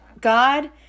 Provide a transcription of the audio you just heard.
God